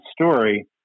story